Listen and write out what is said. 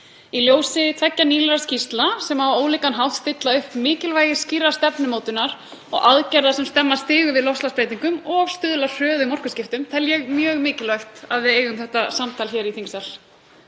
Í ljósi tveggja nýlegra skýrslna sem á ólíkan hátt stilla upp mikilvægi skýrrar stefnumótunar og aðgerða sem stemma stigu við loftslagsbreytingum og stuðla að hröðum orkuskiptum, tel ég mjög mikilvægt að við eigum þetta samtal hér í þingsal.